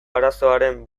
azaroaren